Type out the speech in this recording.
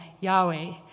Yahweh